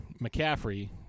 McCaffrey